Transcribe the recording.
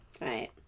Right